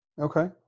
Okay